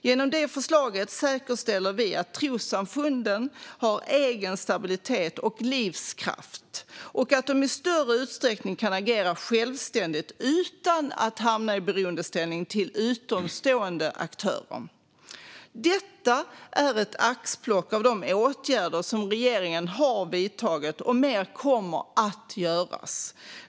Genom det förslaget säkerställer vi att trossamfunden har egen stabilitet och livskraft och att de i större utsträckning kan agera självständigt utan att hamna i beroendeställning till utomstående aktörer. Detta är ett axplock av de åtgärder som regeringen vidtagit, och mer kommer att göras.